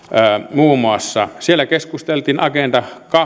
muun muassa siellä keskusteltiin agenda